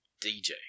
DJ